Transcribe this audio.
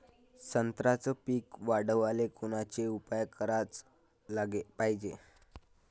संत्र्याचं पीक वाढवाले कोनचे उपाव कराच पायजे?